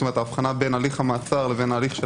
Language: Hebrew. כלומר ההבחנה בין הליך המעצר להליך של